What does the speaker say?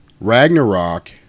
Ragnarok